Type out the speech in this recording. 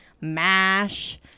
MASH